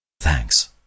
Thanks